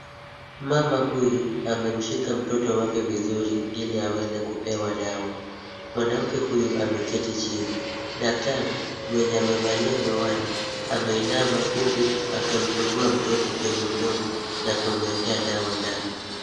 Mama huyu amemshika mtoto wake vizuri ili aweze kupewa dawa. Mwanamke huyu ameketi chini. Daktari mwenye amevalia miwani ameinama huku akimfungua mtoto kwenye mdomo na kumwekea dawa ndani.